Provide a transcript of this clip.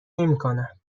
نمیکنم